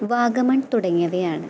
വാഗമണ് തുടങ്ങിയവയാണ്